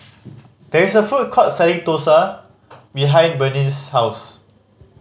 there is a food court selling dosa behind Berneice's house